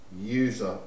user